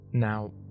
Now